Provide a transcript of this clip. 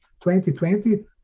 2020